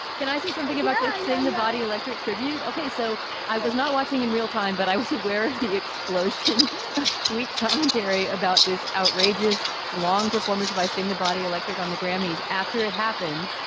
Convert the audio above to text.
can i say something about that? sing the body electric tribute. ok, so i was not watching in real time, but i was aware of the explosion of tweet commentary about this outrageous long performance of i sing the body electric on the grammys after it happened.